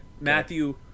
Matthew